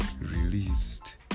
released